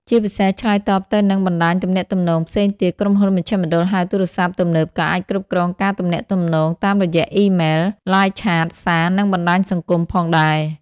ជាពិសេស ឆ្លើយតបទៅនឹងបណ្ដាញទំនាក់ទំនងផ្សេងទៀត ក្រុមហ៊ុនមជ្ឈមណ្ឌលហៅទូរស័ព្ទទំនើបក៏អាចគ្រប់គ្រងការទំនាក់ទំនងតាមរយៈ អ៊ីមែល, Live Chat, សារ, និងបណ្ដាញសង្គម ផងដែរ។